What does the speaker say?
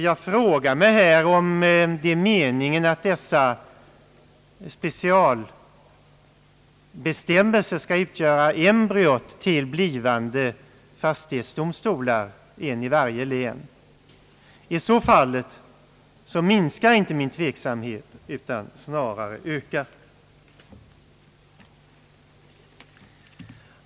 Jag frågar mig om det är meningen att dessa specialbestämmelser skall utgöra embryot till blivande fastighetsdomstolar, en i varje län. Är så fallet minskar inte min tveksamhet, utan den snarare ökar.